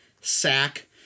sack